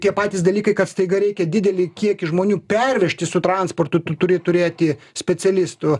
tie patys dalykai kad staiga reikia didelį kiekį žmonių pervežti su transportu tu turi turėti specialistų